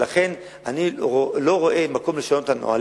ולכן אני לא רואה מקום לשנות את הנוהל.